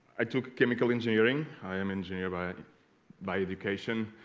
i took chemical engineering i am engineer by by education